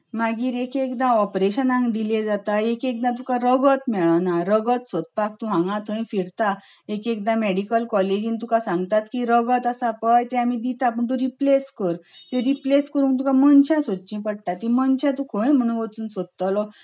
मागीर एक एकदां तुका ऑपरेशनाक डिले जाता एक एकदां तुका रगत मेळना रगत सोदपाक तूं हांगा थंय फिरता एक एकदां मेडिकल कॉलेजींत तुका सांगतात की रगत आसा पय तुका आमी तें दितात पूण तूं रिप्लेस कर तीं रिप्लेस करपाक तुका मनशां सोदचीं पडटात तीं मनशां खंय म्हूण वचून तूं सोदतलो